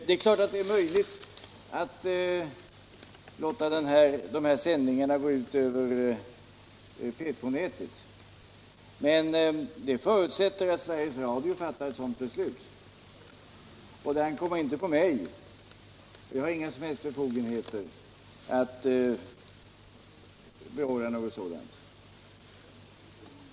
Det är klart att det är möjligt att låta dessa sändningar gå ut över P2-sändaren, men det förutsätter att Sveriges Radio fattar ett sådant beslut - det ankommer inte på mig; jag har inga som helst befogenheter att beordra något sådant.